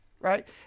right